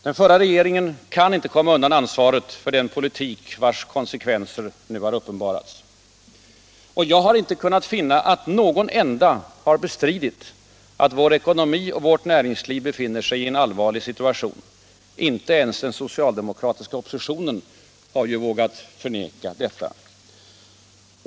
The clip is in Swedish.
Den förra regeringen kan inte komma undan ansvaret för den politik vars konsekvenser nu har uppenbarats. Och jag har inte kunnat finna att någon enda har bestridit att vår ekonomi och vårt näringsliv befinner sig i en allvarlig situation. Inte ens den socialdemokratiska oppositionen har vågat förneka detta.